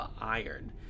iron